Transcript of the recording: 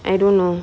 I don't know